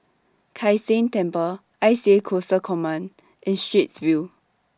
Kai San Temple I C A Coastal Command and Straits View